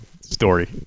story